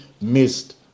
missed